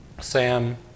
sam